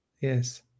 Yes